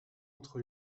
entre